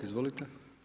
Izvolite.